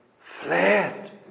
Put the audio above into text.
fled